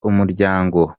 umuryango